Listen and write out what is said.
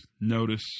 notice